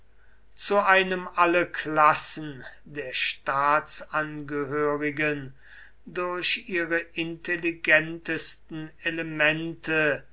zu einem alle klassen der staatsangehörigen durch ihre intelligentesten elemente